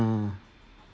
ah